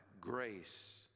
grace